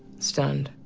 stunned.